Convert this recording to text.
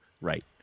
Right